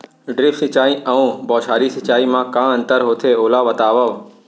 Drip सिंचाई अऊ बौछारी सिंचाई मा का अंतर होथे, ओला बतावव?